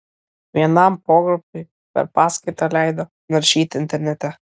vienam pogrupiui per paskaitą leido naršyti internete